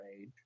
age